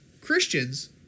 Christians